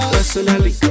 Personally